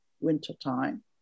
wintertime